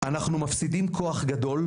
אנחנו מפסידים כוח גדול.